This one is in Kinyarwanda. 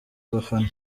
abafana